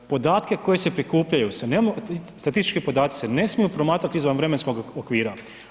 Podatke koji se prikupljaju se ne, statistički podaci se ne smiju promatrati izvan vremenskog okvira.